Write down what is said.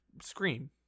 scream